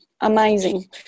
amazing